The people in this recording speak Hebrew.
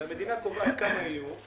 והמדינה קובעת כמה יהיו.